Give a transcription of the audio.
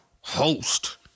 host